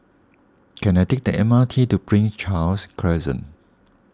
can I take the M R T to Prince Charles Crescent